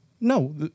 No